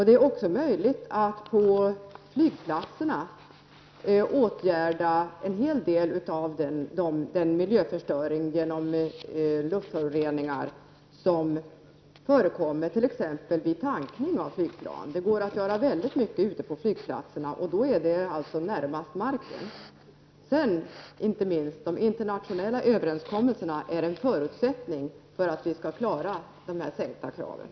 Det är också möjligt att på flygplatserna åtgärda en hel del av miljöförstöringen på grund av luftföroreningar som förekommer t.ex. vid tankning av flygplan. Det går att göra mycket på flygplatserna, och då är det närmast marken. Inte minst de internationella överenskommelserna är en förutsättning för att vi skall klara kraven på sänkta halter.